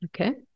Okay